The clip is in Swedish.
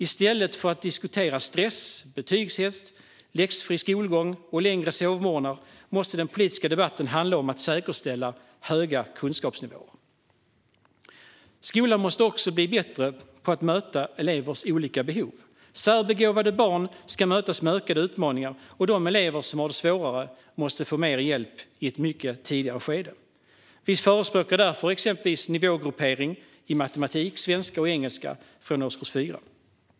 I stället för att diskutera stress, betygshets, läxfri skolgång och längre sovmorgnar måste den politiska debatten handla om att säkerställa höga kunskapsnivåer. Skolan måste också bli bättre på att möta elevers olika behov. Särbegåvade barn ska mötas med ökade utmaningar, och de elever som har det svårare måste få mer hjälp i ett mycket tidigare skede. Vi förespråkar därför exempelvis nivågruppering i matematik, svenska och engelska från årskurs 4.